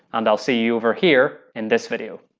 and i'll see you over here in this video.